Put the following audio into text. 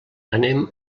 anem